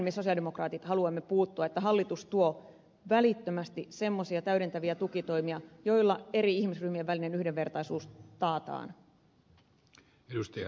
tähän me sosialidemokraatit haluamme puuttua että hallitus tuo välittömästi semmoisia täydentäviä tukitoimia joilla eri ihmisryhmien välinen yhdenvertaisuus taataan